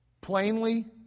plainly